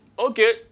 Okay